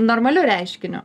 normaliu reiškiniu